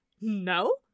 No